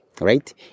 right